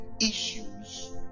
issues